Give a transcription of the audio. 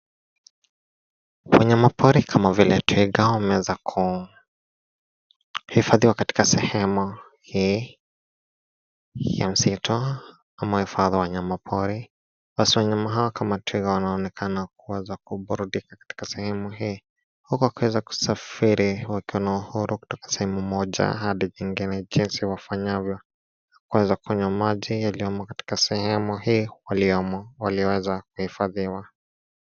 Wanyama pori kama vile twiga wameeza ku hifadhiwa katika sehema hii ya msitu amahifadhi ya wanyama pori hasa wanyama hawa kama twiga wanaonekana kuweza kuburudika katika sehemu hii, huku wakiweza kusafiri wakina uhuru kutoka sehemu moja hadi ingine jinsi wafanyavyo kuweza kunywa maji yaliyomo katika sehema hii waliomo walioweza kuhifadhiwa.